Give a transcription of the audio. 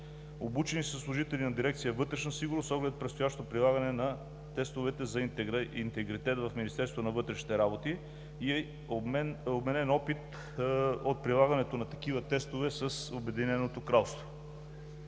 Обучени са служители на дирекция „Вътрешна сигурност“ с оглед предстоящото прилагане на тестовете за интегритет в Министерството на вътрешните работи и е обменен опит от прилагането на такива тестове с Обединеното кралство.